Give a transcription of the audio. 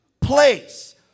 place